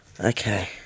Okay